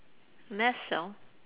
mast cell